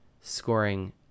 scoring